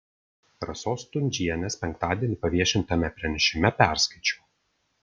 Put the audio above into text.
rasos stundžienės penktadienį paviešintame pranešime perskaičiau